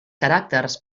caràcters